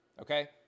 Okay